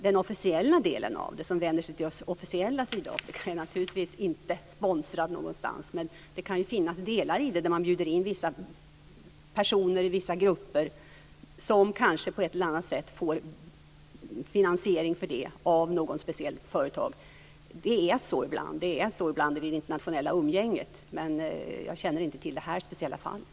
Den officiella delen av den, som vänder sig till det officiella Sydafrika, är naturligtvis inte sponsrad av någon. Det kan finnas delar i det där man bjuder in vissa personer i vissa grupper som kanske på ett eller annat sätt får finansiering för det av något speciellt företag. Det är så ibland i det internationella umgänget, men jag känner inte till det här speciella fallet.